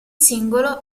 singolo